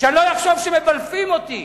ואני לא אחשוב שמבלפים אותי,